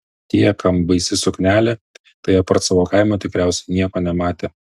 tie kam baisi suknelė tai apart savo kaimo tikriausiai nieko nematė